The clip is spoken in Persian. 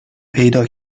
پیدا